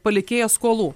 palikėjo skolų